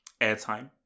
airtime